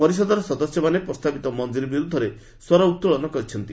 ପରିଷଦର ସଦସ୍ୟମାନେ ପ୍ରସ୍ତାବିତ ମଞ୍ଜୁରୀ ବିରୁଦ୍ଧରେ ସ୍ୱର ଉତ୍ତୋଳନ କରିଛନ୍ତି